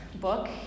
book